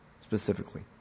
specifically